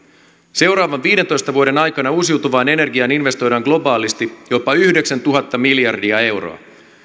seuraavan viidentoista vuoden aikana uusiutuvaan energiaan investoidaan globaalisti jopa yhdeksäntuhatta miljardia euroa